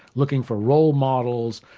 looking for role models,